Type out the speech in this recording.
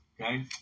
okay